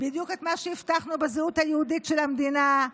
בדיוק את מה שהבטחנו בזהות היהודית של המדינה,